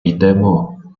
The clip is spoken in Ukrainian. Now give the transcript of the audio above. йдемо